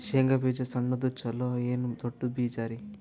ಶೇಂಗಾ ಬೀಜ ಸಣ್ಣದು ಚಲೋ ಏನ್ ದೊಡ್ಡ ಬೀಜರಿ?